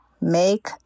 Make